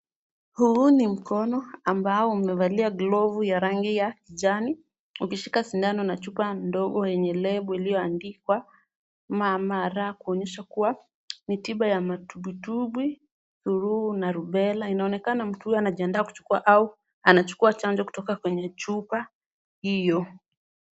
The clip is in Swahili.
Huu ni mkono ambao umevalia glovu ya rangi ya kijani, ukishika sindano na chupa ndogo yenye lebo iliyoandikwa M-M-R kumaanisha kuwa ni tiba ya matumbwitumbwi, surua na rubela. Inaonekana mtu huyu anajiandaa kuchukua au anachukua chanjo kutoka kwenye chupa hiyo.